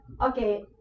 okay